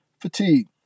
fatigue